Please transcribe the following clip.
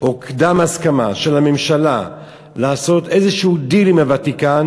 או קדם-הסכמה של הממשלה לעשות איזשהו דיל עם הוותיקן,